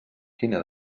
quina